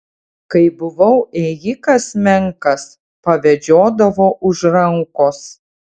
kai buvau ėjikas menkas pavedžiodavo už rankos